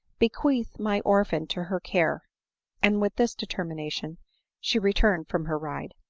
bequeath my orphan to her care and with this determination she returned from her ride.